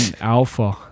Alpha